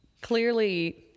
clearly